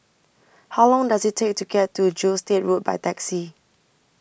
How Long Does IT Take to get to Gilstead Road By Taxi